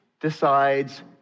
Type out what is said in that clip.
decides